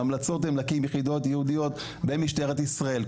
ההמלצות הן להקים יחידות ייעודיות במשטרת ישראל,